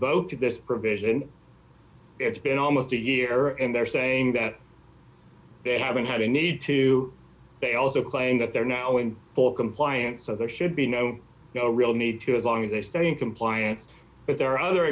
invoked this provision it's been almost a year and they're saying that they haven't had a need to they also claim that they're now in full compliance so there should be no real need to as long as they stay in compliance but there are other